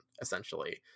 essentially